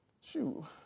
shoot